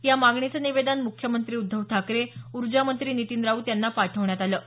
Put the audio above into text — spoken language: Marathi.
या मागणीचं निवेदन म्ख्यमंत्री उद्धव ठाकरे ऊर्जा मंत्री नितीन राऊत यांना पाठवण्यात आलं आहे